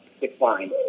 decline